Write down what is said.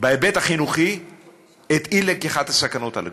בהיבט החינוכי את אי-לקיחת הסכנות על הכבישים,